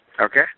Okay